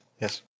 yes